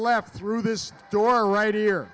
left through this door